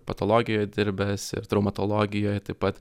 patologijoj dirbęs ir traumatologijoj taip pat